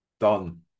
done